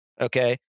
okay